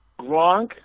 Gronk